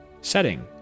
setting